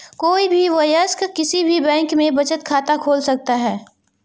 कोई भी वयस्क किसी भी बैंक में बचत खाता खोल सकता हैं